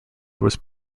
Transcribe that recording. was